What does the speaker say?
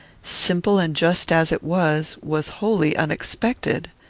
simple and just as it was, was wholly unexpected.